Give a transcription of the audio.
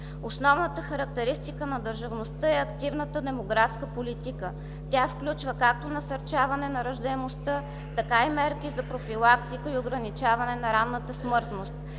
Основната характеристика на държавността е активната демографска политика. Тя включва както насърчаване на раждаемостта, така и мерки за профилактика и ограничаване на ранната смъртност.